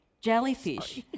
Jellyfish